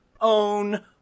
own